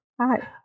Hi